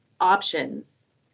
options